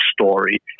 story